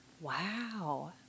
Wow